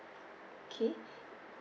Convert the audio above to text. okay